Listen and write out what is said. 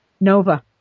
Nova